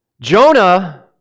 Jonah